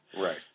Right